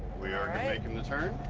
we are making the turn.